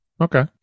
Okay